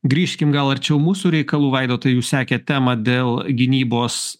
grįžkim gal arčiau mūsų reikalų vaidotai jūs sekėt temą dėl gynybos